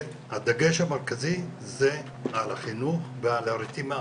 והדגש המרכזי זה על החינוך ועל הרתימה